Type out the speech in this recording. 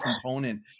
component